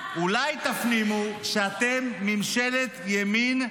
אולי תפנימו שאתם ממשלת ימין,